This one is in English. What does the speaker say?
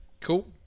Cool